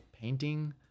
painting